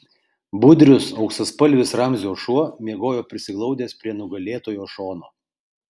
budrius auksaspalvis ramzio šuo miegojo prisiglaudęs prie nugalėtojo šono